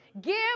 Give